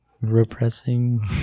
Repressing